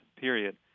period